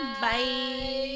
bye